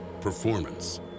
performance